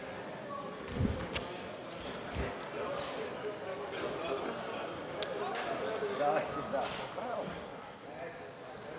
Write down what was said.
Благодаря